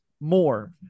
more